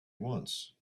once